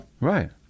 Right